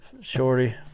Shorty